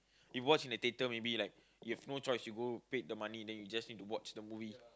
you watch in the theater maybe you like you have no choice you go paid the money then you just need to watch the movie